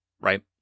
right